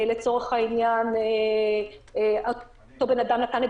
לצורך העניין, אותו בן-אדם נתן את